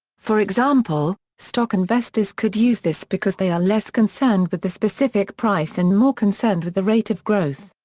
for example, stock investors could use this because they are less concerned with the specific price and more concerned with the rate of growth.